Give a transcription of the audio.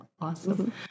Awesome